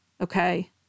Okay